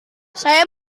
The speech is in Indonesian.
saya